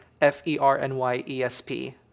f-e-r-n-y-e-s-p